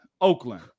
Oakland